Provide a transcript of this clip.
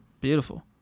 Beautiful